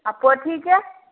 आओर पोठीके